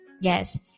Yes